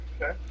Okay